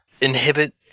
inhibit